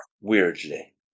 weirdly